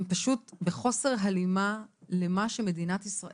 הם פשוט בחוסר הלימה למה שמדינת ישראל,